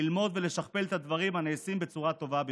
ללמוד ולשכפל את הדברים הנעשים בצורה הטובה ביותר.